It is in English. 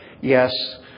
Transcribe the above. yes